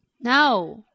no